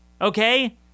Okay